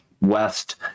west